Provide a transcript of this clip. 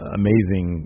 amazing